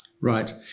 Right